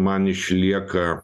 man išlieka